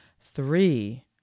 three